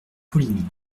poligny